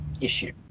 issue